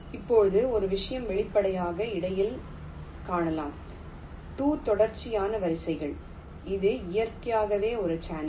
இப்போது ஒரு விஷயம் வெளிப்படையாக இடையில் காணலாம் 2 தொடர்ச்சியான வரிசைகள் இது இயற்கையாகவே ஒரு சேனல்